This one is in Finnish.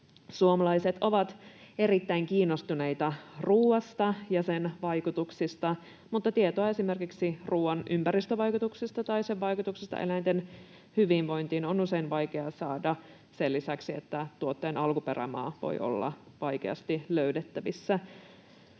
Suomalaiset ovat erittäin kiinnostuneita ruoasta ja sen vaikutuksista, mutta tietoa esimerkiksi ruoan ympäristövaikutuksista tai sen vaikutuksista eläinten hyvinvointiin on usein vaikeaa saada sen lisäksi, että tuotteen alkuperämaa voi olla vaikeasti löydettävissä,